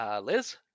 Liz